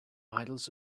idols